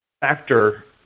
factor